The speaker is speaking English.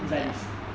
is like is